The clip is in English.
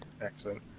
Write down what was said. Excellent